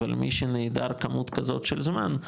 אבל מי שנעדר כמות כזאת של זמן,